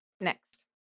next